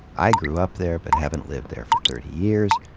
i grew up there but haven't lived there for thirty years.